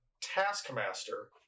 Taskmaster